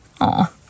Aw